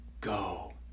go